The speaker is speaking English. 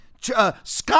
Scott